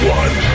one